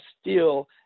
steel